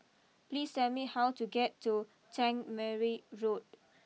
please tell me how to get to Tangmere Road